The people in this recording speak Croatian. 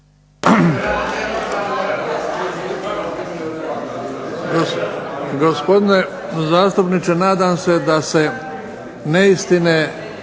Gospodine zastupniče nadam se da se neistine